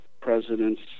president's